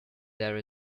there